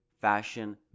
fashion